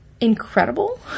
incredible